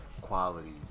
quality